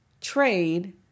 trade